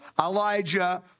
Elijah